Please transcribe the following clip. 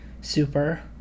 super